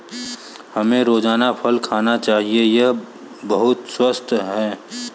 हमें रोजाना फल खाना चाहिए, यह बहुत स्वस्थ है